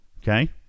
Okay